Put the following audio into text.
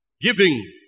Giving